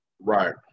Right